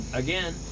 again